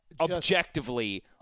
objectively